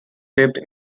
dipped